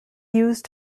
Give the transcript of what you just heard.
used